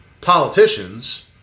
politicians